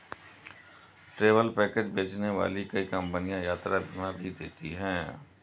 travel package बेचने वाली कई कंपनियां यात्रा बीमा भी देती हैं